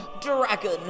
dragon